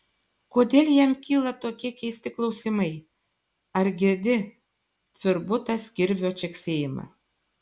kodėl jam kyla tokie keisti klausimai ar girdi tvirbutas kirvio čeksėjimą